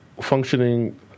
functioning